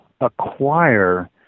acquire